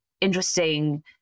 interesting